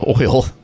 oil